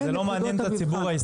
איתן, זה לא מעניין את הציבור הישראלי.